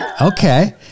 okay